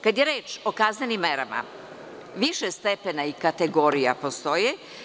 Kada je reč o kaznenim merama, više stepena i kategorija postoje.